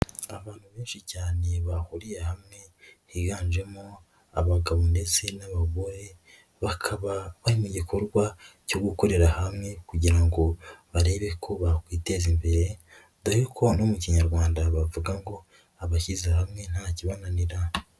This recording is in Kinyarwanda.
Abantu benshi cyane bahuriye hamwe higanjemo abagabo ndetse n'abagore, bakaba bari mu gikorwa cyo gukorera hamwe kugira ngo barebe ko bakwiteza imbere dore ko no mu kinyarwanda bavuga ngo abashyize hamwe nta kibananira.